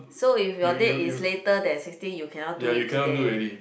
so if your date is later than sixteen you cannot do it today